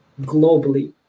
globally